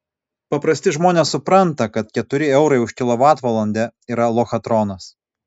paprasti žmonės supranta kad keturi eurai už kilovatvalandę yra lochatronas